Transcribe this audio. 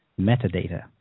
metadata